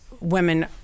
women